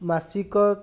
ମାସିକ